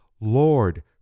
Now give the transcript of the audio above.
Lord